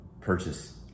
purchase